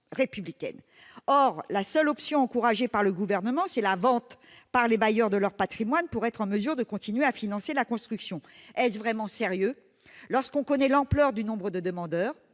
or la seule option encouragée par le gouvernement, c'est la vente par les bailleurs de leur Patrimoine pour être en mesure de continuer à financer la construction est-ce vraiment sérieux lorsqu'on connaît l'ampleur du nombre de demandeurs,